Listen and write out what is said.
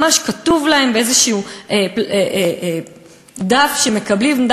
ממש כתוב להם באיזשהו דף שמקבלים,